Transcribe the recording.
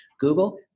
Google